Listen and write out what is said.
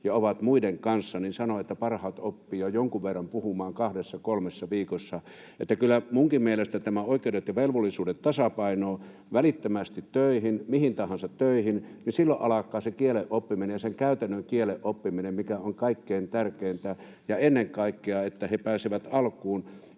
ja ovat muiden kanssa. Hän sanoi, että parhaat oppivat jonkin verran puhumaan jo kahdessa kolmessa viikossa. Kyllä minunkin mielestäni pitää saada nämä oikeudet ja velvollisuudet tasapainoon, heidät välittömästi töihin, mihin tahansa töihin — silloin alkaa se kielen oppiminen, sen käytännön kielen oppiminen, mikä on kaikkein tärkeintä. Ja ennen kaikkea he pääsevät alkuun.